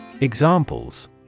Examples